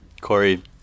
Corey